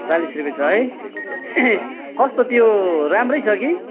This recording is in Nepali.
चालिस रुपियाँ छ है कस्तो त्यो राम्रै छ कि